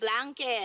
blanket